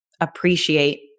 appreciate